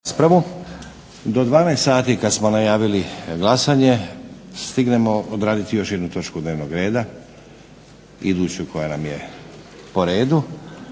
(SDP)** Do 12 sati kad smo najavili glasanje stignemo odraditi još jednu točku dnevnog reda, iduću koja nam je po redu